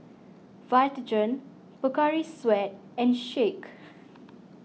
Vitagen Pocari Sweat and Schick